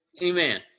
Amen